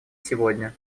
сегодня